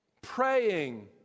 praying